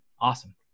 awesome